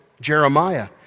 Jeremiah